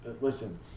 listen